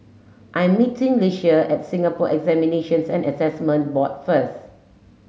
I'm meeting Ieshia at Singapore Examinations and Assessment Board first